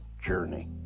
journey